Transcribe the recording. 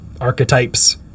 archetypes